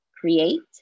create